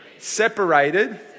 separated